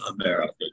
america